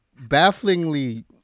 bafflingly